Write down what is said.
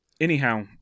anyhow